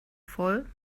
voll